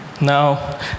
now